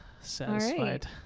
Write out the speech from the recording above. Satisfied